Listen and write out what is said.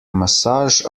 massage